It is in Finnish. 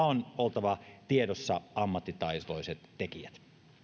on oltava tiedossa ammattitaitoiset tekijät